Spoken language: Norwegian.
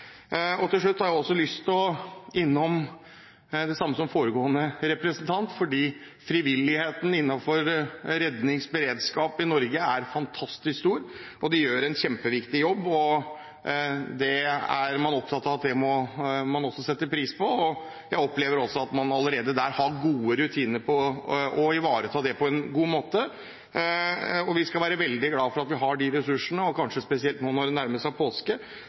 Til slutt har jeg også lyst til å være innom det samme som foregående representant: Frivilligheten innenfor redning og beredskap i Norge er fantastisk stor. De gjør en kjempeviktig jobb, og det er man opptatt av at man må sette pris på. Jeg opplever at man der allerede har gode rutiner for å ivareta dette på en god måte. Vi skal være veldig glad for at vi har de ressursene. Kanskje spesielt nå, når det nærmer seg påske,